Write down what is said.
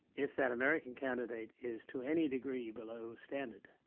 if that american candidate is to any degree below standard,